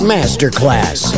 Masterclass